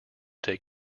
take